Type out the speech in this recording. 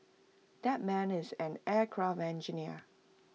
that man is an aircraft engineer